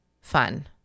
fun